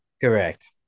Correct